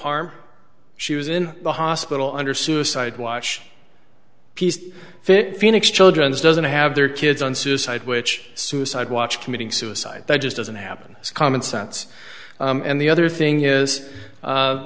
harm she was in the hospital under suicide watch piece fit phoenix children's doesn't have their kids on suicide which suicide watch committing suicide just doesn't happen is common sense and the other thing is